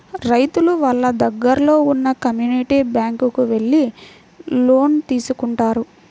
రైతులు వాళ్ళ దగ్గరలో ఉన్న కమ్యూనిటీ బ్యాంక్ కు వెళ్లి లోన్స్ తీసుకుంటారు